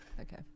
Okay